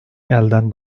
elden